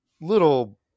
little